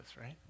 right